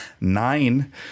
Nine